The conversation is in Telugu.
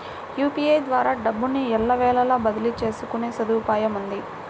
యూపీఐ ద్వారా డబ్బును ఎల్లవేళలా బదిలీ చేసుకునే సదుపాయముంది